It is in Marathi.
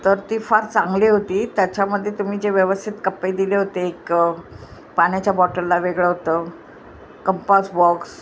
तर ती फार चांगली होती त्याच्यामध्ये तुम्ही जे व्यवस्थित कप्पे दिले होते एक पाण्याच्या बॉटलला वेगळं होतं कंपॉस बॉक्स